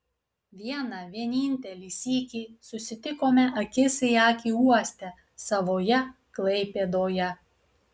vieną vienintelį sykį susitikome akis į akį uoste savoje klaipėdoje